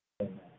Amen